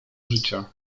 życia